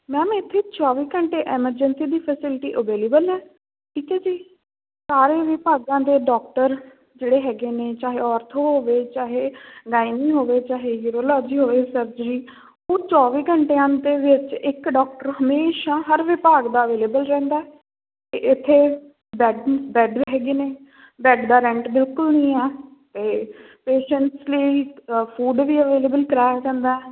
ma'am ਇੱਥੇ ਚੌਵੀ ਘੰਟੇ ਐਮਰਜੰਸੀ ਦੀ ਫੈਸਿਲਿਟੀ ਅਵੇਲੇਬਲ ਹੈ ਠੀਕ ਹੈ ਜੀ ਸਾਰੇ ਵਿਭਾਗਾਂ ਦੇ ਡਾਕਟਰ ਜਿਹੜੇ ਹੈਗੇ ਨੇ ਚਾਹੇ ਔਰਥੋ ਹੋਵੇ ਚਾਹੇ ਗਾਈਨੀ ਹੋਵੇ ਚਾਹੇ ਯੂਰੋਲੋਜੀ ਹੋਵੇ ਸਰਜਰੀ ਉਹ ਚੌਵੀ ਘੰਟਿਆਂ ਦੇ ਵਿੱਚ ਇੱਕ ਡਾਕਟਰ ਹਮੇਸ਼ਾਂ ਹਰ ਵਿਭਾਗ ਦਾ ਅਵੇਲੇਬਲ ਰਹਿੰਦਾ ਅਤੇ ਇੱਥੇ ਬੈਡ ਬੈਡ ਹੈਗੇ ਨੇ ਬੈਡ ਦਾ ਰੈਂਟ ਬਿਲਕੁਲ ਨਹੀਂ ਆ ਅਤੇ ਪੇਸ਼ੈਂਟਸ ਲਈ ਫੂਡ ਵੀ ਅਵੇਲੇਬਲ ਕਰਵਾਇਆ ਜਾਂਦਾ